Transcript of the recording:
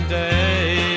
day